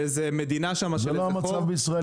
זה לא המצב בישראל.